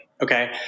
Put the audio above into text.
okay